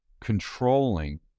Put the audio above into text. controlling